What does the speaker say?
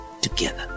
together